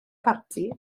parti